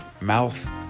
mouth